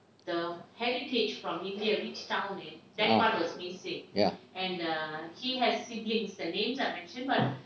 ah ya